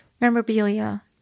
memorabilia